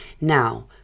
Now